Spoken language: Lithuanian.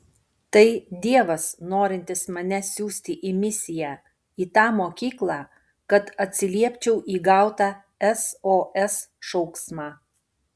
tai dievas norintis mane siųsti į misiją į tą mokyklą kad atsiliepčiau į gautą sos šauksmą